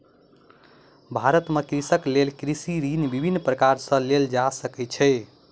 भारत में कृषकक लेल कृषि ऋण विभिन्न प्रकार सॅ लेल जा सकै छै